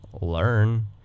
Learn